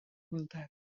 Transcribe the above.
comtat